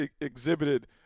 exhibited